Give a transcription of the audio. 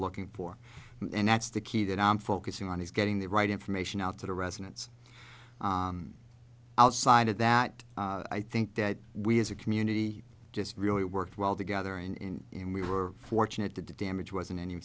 looking for and that's the key that i'm focusing on is getting the right information out to the residents outside of that i think that we as a community just really worked well together in and we were fortunate that the damage wasn't any